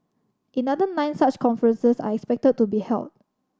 another nine such conferences are expected to be held